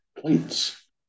plates